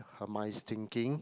her mind is thinking